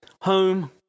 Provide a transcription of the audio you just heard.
home